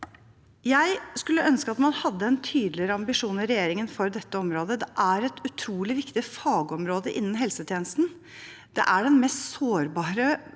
Jeg skulle ønske regjeringen hadde en tydeligere ambisjon for dette området. Det er et utrolig viktig fagområde innen helsetjenesten. Det er den mest sårbare